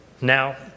now